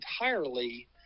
entirely